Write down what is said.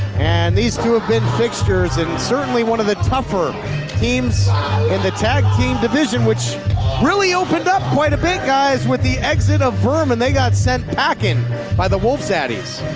and these two have been fixtures, and certainly one of the tougher teams in the tag team division, which really opened up quite a bit, guys, with the exit of vermin. they got sent packing by the wolf zaddies.